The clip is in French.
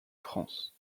france